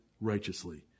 righteously